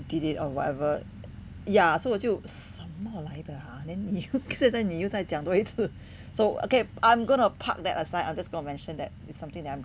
did it or whatever ya so 我就什么来的啊 then 你有现在你又再讲多一次 so okay I'm gonna park that aside I'm just going to mention that that is something that